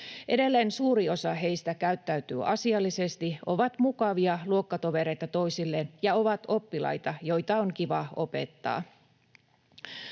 Edelleen suuri osa heistä käyttäytyy asiallisesti, he ovat mukavia luokkatovereita toisilleen ja oppilaita, joita on kiva opettaa.